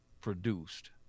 produced